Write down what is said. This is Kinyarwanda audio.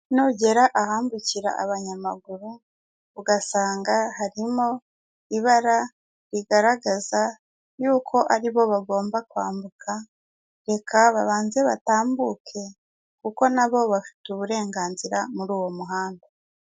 Nugera ahambukira abanyamaguru, ugasanga harimo ibara rigaragaza yuko aribo bagomba kwambuka, reka babanze batambuke kuko nabo bafite uburenganzira muri uwo muhanda.